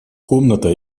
комната